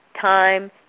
time